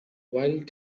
wild